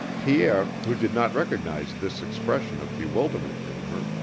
pierre, who did not recognize this expression of bewilderment in her,